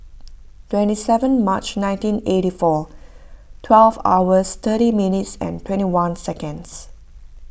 twenty seven March nineteen eighty four twelve hours thirty minutes and twenty one seconds